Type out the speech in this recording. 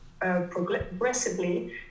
progressively